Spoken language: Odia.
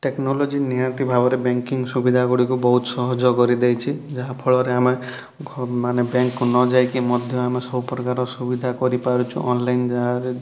ଟେକ୍ନୋଲଜି ନିହାତି ଭାବରେ ବ୍ୟାଙ୍କିଙ୍ଗ୍ ସୁବିଧାଗୁଡ଼ିକୁ ବହୁତ ସହଜ କରିଦେଇଛି ଯାହାଫଳରେ ଆମେ ଘ ମାନେ ବ୍ୟାଙ୍କ୍ କୁ ନଯାଇକି ମଧ୍ୟ ଆମେ ସବୁପ୍ରକାର ସୁବିଧା କରିପାରୁଛୁ ଅନ୍ଲାଇନ୍ ଯାହାରେ